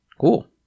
Cool